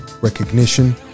recognition